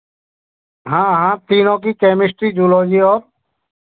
हाँ हाँ तीनों की केमिस्ट्री जूलॉजी और